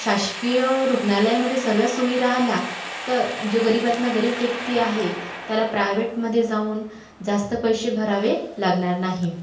शासकीय रुग्णालयमधे सर्व सोयी राहिल्या तर जो गरिबातला गरीब व्यक्ती आहे त्याला प्रायवेटमध्ये जाऊन जास्त पैसे भरावे लागणार नाही